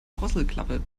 drosselklappe